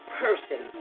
person